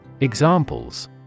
Examples